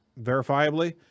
verifiably